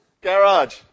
Garage